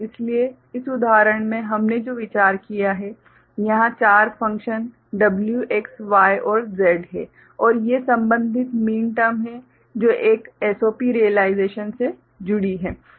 इसलिए इस उदाहरण में हमने जो विचार किया है यहाँ 4 फंक्शन W X Y और Z हैं और ये संबंधित मीन -टर्म हैं जो एक SOP रियलाइजेशन में जुड़ रही हैं